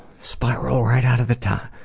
spiral right out of the ta